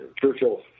Churchill